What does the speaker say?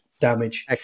damage